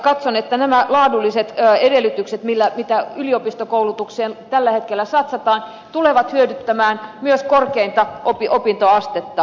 katson että nämä laadulliset edellytykset mitä yliopistokoulutukseen tällä hetkellä satsataan tulevat hyödyttämään myös korkeinta opintoastetta